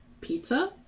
pizza